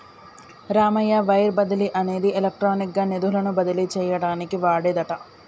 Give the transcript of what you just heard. Ramayya wire బదిలీ అనేది electronic గా నిధులను బదిలీ చేయటానికి వాడేదట